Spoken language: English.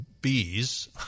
bees